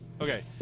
Okay